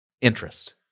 interest